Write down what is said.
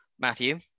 Matthew